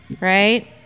right